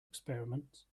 experiments